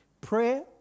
Prayer